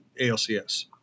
ALCS